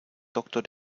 doktor